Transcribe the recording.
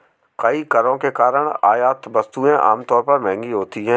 कई करों के कारण आयात वस्तुएं आमतौर पर महंगी होती हैं